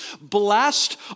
blessed